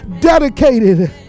dedicated